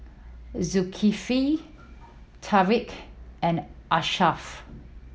Zulkifli Taufik and Ashraf